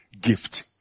gift